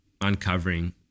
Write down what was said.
uncovering